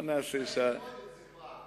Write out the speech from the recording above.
מתי תלמד את זה כבר?